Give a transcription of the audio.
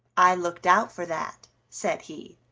i looked out for that, said he.